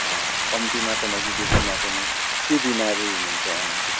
अँ कम्ती मात्रामा कि बेसी मात्रामा के बिमारी हुनुहुन्छ उहाँहरूको